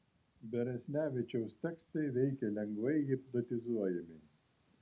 beresnevičiaus tekstai veikia lengvai hipnotizuojamai